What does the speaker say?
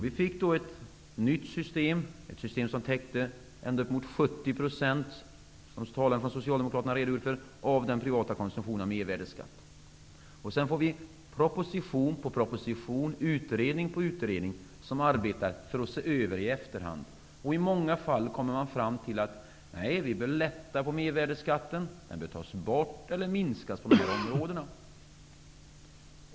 Vi fick då ett nytt system som täckte ända upp mot 70 %, som den socialdemokratiska talaren har redogjort för, av den privata konsumtionen och mervärdesskatten. Sedan får vi proposition på proposition, utredning på utredning som arbetar för att i efterhand se över mervärdesskatten. I många fall kommer man fram till att vi bör lätta på mervärdesskatten, att den bör tas bort eller minskas på de här områdena.